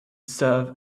serve